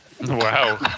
Wow